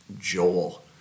Joel